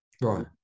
right